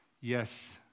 yes